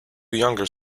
younger